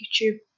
YouTube